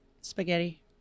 spaghetti